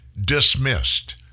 dismissed